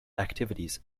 activities